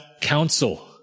counsel